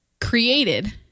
created